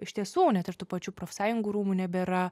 iš tiesų net ir tų pačių profsąjungų rūmų nebėra